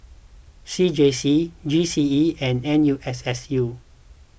C J C G C E and N U S S U